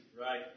Right